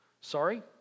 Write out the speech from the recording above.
Sorry